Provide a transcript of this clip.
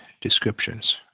descriptions